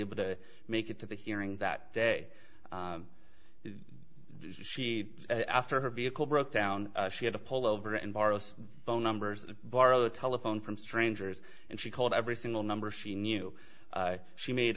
able to make it to the hearing that day she after her vehicle broke down she had to pull over and borrows phone numbers borrow a telephone from strangers and she called every single number she knew she made